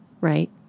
Right